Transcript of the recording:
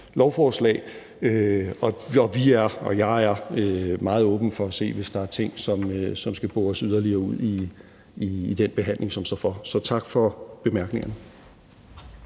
lovforslag. Jeg er og vi er meget åbne over for at se på tingene, hvis der er noget, som skal bores yderligere ud i den behandling, som forestår. Tak for bemærkningerne.